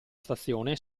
stazione